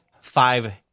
five